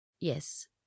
Yes